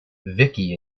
vicky